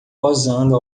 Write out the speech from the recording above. posando